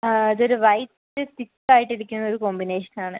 അതെ ഇതൊരു white thick ആയിട്ടിരിക്കുന്നൊരു കോമ്പിനേഷൻ ആണ്